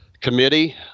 committee